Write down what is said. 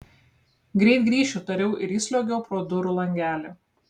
greit grįšiu tariau ir įsliuogiau pro durų langelį